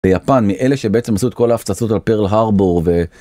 ביפן מאלה שבעצם עשו את כל ההפצצות על פרל הרבור ו...